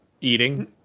Eating